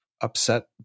upset